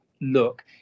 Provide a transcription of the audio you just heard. look